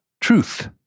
truth